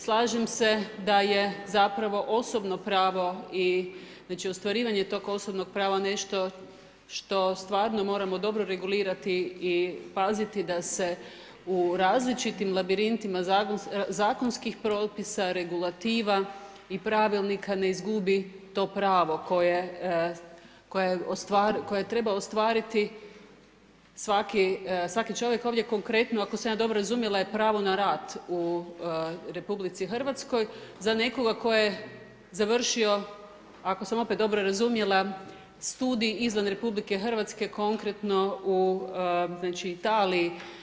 Slažem se da je zapravo osobno pravo i ostvarivanje tog osobnog prava nešto što stvarno moramo dobro regulirati i paziti da se u različitim labirintima zakonskih propisa, regulativa i pravilnika ne izgubi to pravo koje treba ostvariti svaki čovjek, ovdje konkretno ako sam ja dobro razumjela je pravo na rad u RH za nekoga tko je završio ako sam opet dobro razumjela studij izvan RH, konkretno u Italiji.